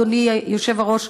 אדוני היושב-ראש,